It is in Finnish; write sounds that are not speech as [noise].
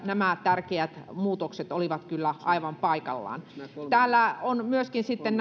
nämä tärkeät muutokset olivat kyllä aivan paikallaan täällä näissä vastalauseissa on myöskin sitten [unintelligible]